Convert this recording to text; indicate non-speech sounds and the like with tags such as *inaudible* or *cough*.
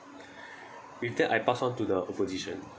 *breath* with that I pass on to the opposition